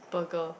burger